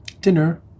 Dinner